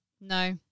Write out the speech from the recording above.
No